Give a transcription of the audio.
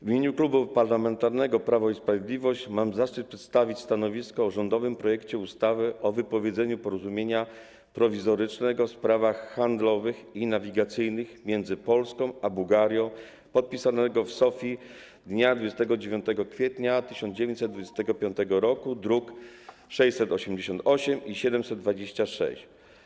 W imieniu Klubu Parlamentarnego Prawo i Sprawiedliwość mam zaszczyt przedstawić stanowisko odnośnie do rządowego projektu ustawy o wypowiedzeniu Porozumienia Prowizorycznego w sprawach handlowych i nawigacyjnych między Polską a Bułgarją, podpisanego w Sofji dnia 29 kwietnia 1925 roku, druki nr 688 i 726.